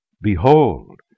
Behold